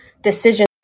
decision